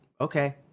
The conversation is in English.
okay